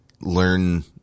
learn